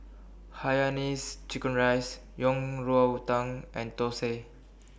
Hainanese Chicken Rice Yang Rou Tang and Thosai